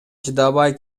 чыдабай